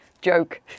joke